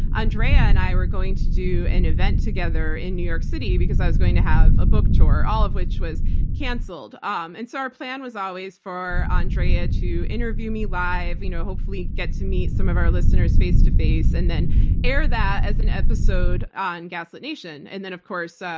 andrea and i were going to do an event together in new york city because i was going to have a book tour, all of which was canceled. um and so, our plan was always for andrea to interview me live, you know hopefully, get to meet some of our listeners face to face and then air that as an episode on gaslit nation. and then, of course,